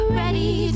ready